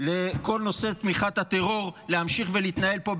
לכל נושא תמיכת הטרור להמשיך ולהתנהל פה,